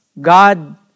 God